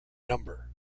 number